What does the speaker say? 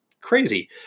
crazy